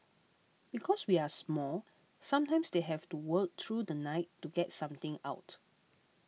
because we are small sometimes they have to work through the night to get something out